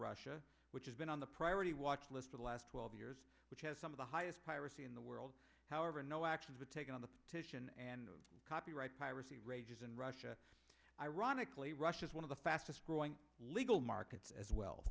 russia which has been on the priority watch list for the last twelve years which has some of the highest piracy in the world however no actions were taken on the petition and copyright piracy rages in russia ironically russia is one of the fastest growing legal markets as well